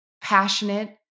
passionate